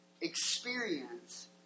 experience